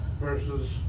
versus